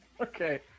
Okay